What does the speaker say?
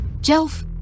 Jelf